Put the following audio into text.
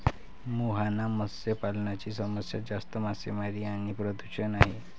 मुहाना मत्स्य पालनाची समस्या जास्त मासेमारी आणि प्रदूषण आहे